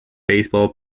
baseball